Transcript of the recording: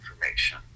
information